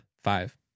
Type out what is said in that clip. Five